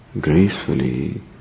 gracefully